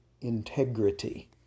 integrity